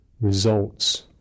results